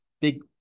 big